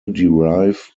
derive